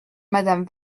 madame